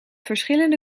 verschillende